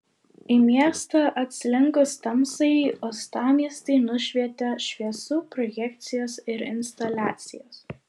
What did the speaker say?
į miestą atslinkus tamsai uostamiestį nušvietė šviesų projekcijos ir instaliacijos